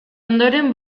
ondoren